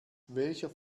welcher